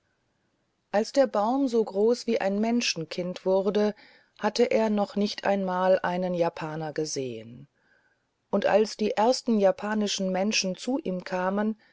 als der baum so groß wie ein menschenkind wurde hatte er noch nicht mal einen japaner gesehen und als die ersten japanischen menschen zu ihm kamen